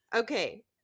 Okay